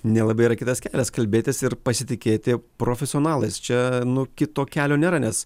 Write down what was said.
nelabai yra kitas kelias kalbėtis ir pasitikėti profesionalais čia nu kito kelio nėra nes